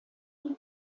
sein